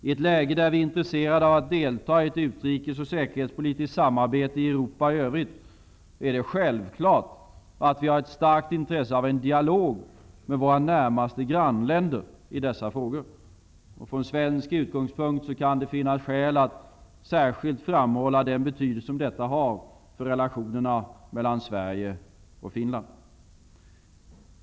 I ett läge där vi är intresserade av att delta i ett utrikesoch säkerhetspolitiskt samarbete i Europa i övrigt är det självklart att vi har ett starkt intresse av en dialog med våra grannländer i dessa frågor. Från svensk utgångspunkt kan det finnas skäl att särskilt framhålla den betydelse som detta har för relationerna mellan Sverige och Finland.